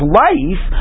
life